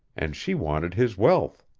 and she wanted his wealth.